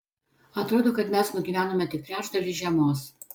atrodo kad mes nugyvenome tik trečdalį žiemos